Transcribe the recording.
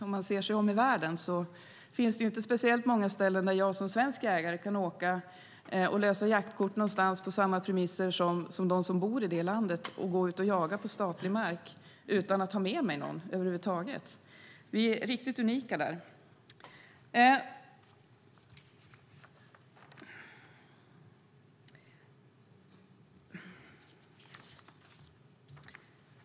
Om vi ser oss om i världen finns det inte speciellt många ställen dit man som svensk jägare kan åka och lösa jaktkort på samma premisser som de som bor i landet och gå ut och jaga på statlig mark utan att ha med sig någon över huvud taget. Sverige är unikt när det gäller detta.